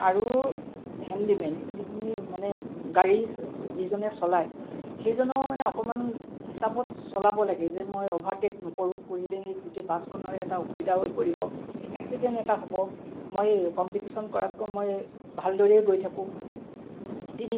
আৰু হেণ্ডিমেন যিখিনি মানে গাড়ী যিদনে চলায় সেইজনৰ মানে অকণমান হিচাপত চলাব লাগে যে মই অভাৰটেক নকৰোঁ কৰিলে মোৰ গোটেই বাছখনৰে এটা অসুবিধা হৈ পৰিব এক্সিডেন্ট এটা হ'ব মই কম্পিটিচন কৰাতকৈ মই ভালদৰেই গৈ থাকোঁ